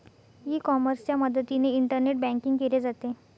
E कॉमर्सच्या मदतीने internet banking केले जाते